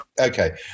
Okay